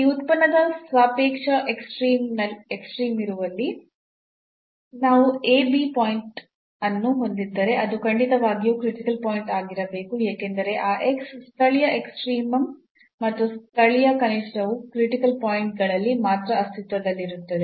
ಈ ಉತ್ಪನ್ನದ ಸಾಪೇಕ್ಷ ಎಕ್ಸ್ಟ್ರೀಮ್ ಇರುವಲ್ಲಿ ನಾವು a b ಪಾಯಿಂಟ್ ಅನ್ನು ಹೊಂದಿದ್ದರೆ ಅದು ಖಂಡಿತವಾಗಿಯೂ ಕ್ರಿಟಿಕಲ್ ಪಾಯಿಂಟ್ ಆಗಿರಬೇಕು ಏಕೆಂದರೆ ಆ ಸ್ಥಳೀಯ ಎಕ್ಸ್ಟ್ರೀಮಂ ಮತ್ತು ಸ್ಥಳೀಯ ಕನಿಷ್ಠವು ಕ್ರಿಟಿಕಲ್ ಪಾಯಿಂಟ್ ಗಳಲ್ಲಿ ಮಾತ್ರ ಅಸ್ತಿತ್ವದಲ್ಲಿರುತ್ತವೆ